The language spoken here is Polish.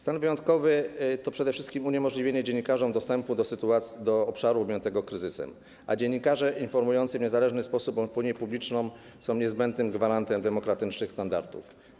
Stan wyjątkowy to przede wszystkim uniemożliwienie dziennikarzom dostępu do obszaru objętego kryzysem, a dziennikarze informujący w niezależny sposób opinię publiczną są niezbędnym gwarantem demokratycznych standardów.